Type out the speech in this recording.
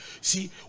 See